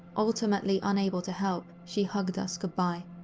ultimately unable to help, she hugged us goodbye.